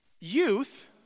youth